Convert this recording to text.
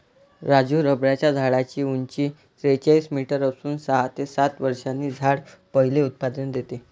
राजू रबराच्या झाडाची उंची त्रेचाळीस मीटर असून सहा ते सात वर्षांनी झाड पहिले उत्पादन देते